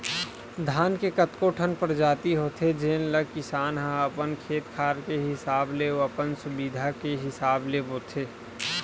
धान के कतको ठन परजाति होथे जेन ल किसान ह अपन खेत खार के हिसाब ले अउ अपन सुबिधा के हिसाब ले बोथे